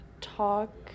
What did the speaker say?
talk